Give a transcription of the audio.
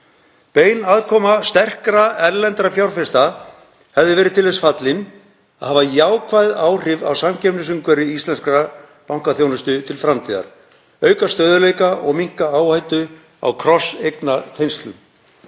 Bein aðkoma sterkra erlendra fjárfesta hefði verið til þess fallin að hafa jákvæð áhrif á samkeppnisumhverfi íslenskra bankaþjónustu til framtíðar, auka stöðugleika og minnka áhættu á krosseignatengslum.